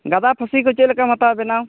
ᱜᱟᱫᱟ ᱯᱷᱟᱹᱥᱤ ᱠᱚ ᱪᱮᱫ ᱞᱮᱠᱟᱢ ᱦᱟᱛᱟᱣ ᱵᱮᱱᱟᱣ